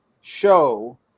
show